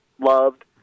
loved